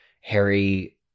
Harry